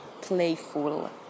playful